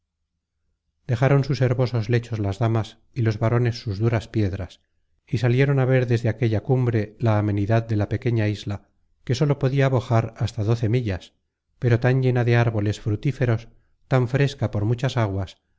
dejaron sus herbosos lechos las damas y los varones sus duras piedras y salieron á ver desde aquella cumbre la amenidad de la pequeña isla que sólo podia bojar hasta doce millas pero tan llena de árboles frutíferos tan fresca por muchas aguas